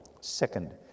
Second